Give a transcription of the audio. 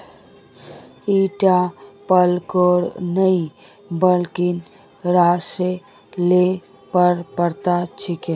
ईटा पलकेर नइ बल्कि सॉरेलेर पत्ता छिके